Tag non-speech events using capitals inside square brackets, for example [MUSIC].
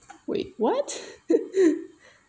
wait what [LAUGHS]